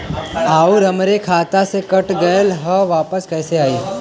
आऊर हमरे खाते से कट गैल ह वापस कैसे आई?